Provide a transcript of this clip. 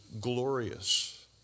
glorious